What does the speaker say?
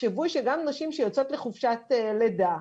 תחשבו שגם נשים שיוצאות לחופשת לידה,